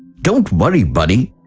don't worry buddy,